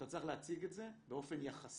אתה צריך להציג את זה באופן יחסי.